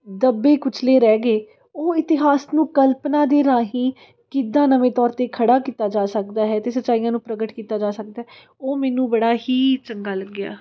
ਦੱਬੇ ਕੁਚਲੇ ਰਹਿ ਗਏ ਉਹ ਇਤਿਹਾਸ ਨੂੰ ਕਲਪਨਾ ਦੇ ਰਾਹੀਂ ਕਿੱਦਾਂ ਨਵੇਂ ਤੌਰ 'ਤੇ ਖੜ੍ਹਾ ਕੀਤਾ ਜਾ ਸਕਦਾ ਹੈ ਅਤੇ ਸੱਚਾਈਆਂ ਨੂੰ ਪ੍ਰਗਟ ਕੀਤਾ ਜਾ ਸਕਦਾ ਉਹ ਮੈਨੂੰ ਬੜਾ ਹੀ ਚੰਗਾ ਲੱਗਿਆ